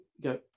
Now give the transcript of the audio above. go